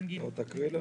אנחנו מתחילים את הדיון.